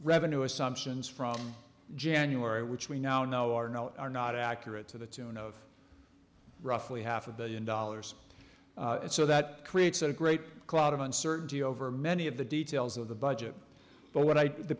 revenue assumptions from january which we now know are not are not accurate to the tune of roughly half a billion dollars so that creates a great cloud of uncertainty over many of the details of the budget but what i